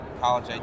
college